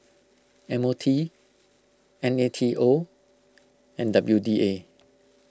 M O T N A T O and W D A